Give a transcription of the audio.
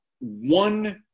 one